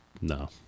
No